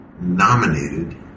nominated